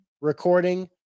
recording